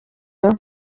umuntu